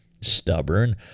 stubborn